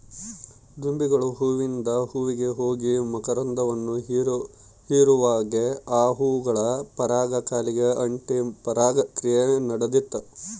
ದುಂಬಿಗಳು ಹೂವಿಂದ ಹೂವಿಗೆ ಹೋಗಿ ಮಕರಂದವನ್ನು ಹೀರುವಾಗೆ ಆ ಹೂಗಳ ಪರಾಗ ಕಾಲಿಗೆ ಅಂಟಿ ಪರಾಗ ಕ್ರಿಯೆ ನಡಿತದ